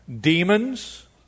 Demons